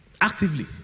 Actively